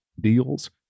deals